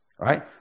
right